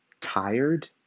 tired